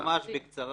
אני ממש בקצרה.